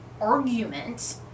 argument